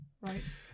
right